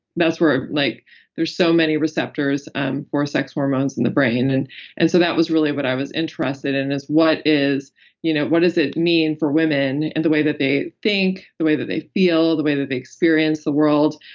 that's where, ah like there's so many receptors um for sex hormones in the brain. and and so that was really what i was interested in, is what is you know what is it mean for women and the way that they think, the way that they feel, the way that they experience the world,